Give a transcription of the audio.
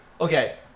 okay